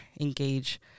engage